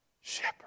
shepherd